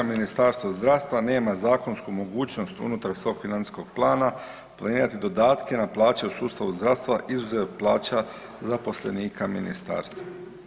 Ministarstvo zdravstva nema zakonsku mogućnost unutar svog financijskog plana planirati dodatke na plaće u sustavu zdravstva izuzev plaća zaposlenika ministarstva.